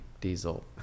Diesel